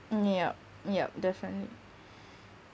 mm yup yup definitely